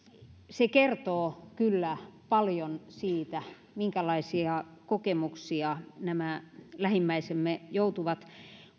se kertoo kyllä paljon siitä minkälaisia kokemuksia nämä lähimmäisemme joutuvat